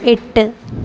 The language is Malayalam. എട്ട്